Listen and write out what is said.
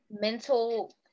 mental